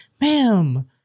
ma'am